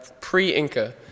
pre-Inca